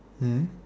mm